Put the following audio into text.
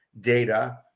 data